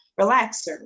relaxer